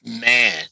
Man